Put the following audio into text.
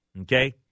Okay